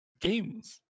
Games